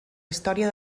història